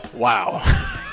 Wow